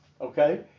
okay